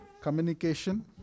communication